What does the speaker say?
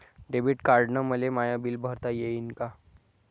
Debit कार्डानं मले माय बिल भरता येईन का?